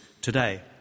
today